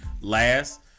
last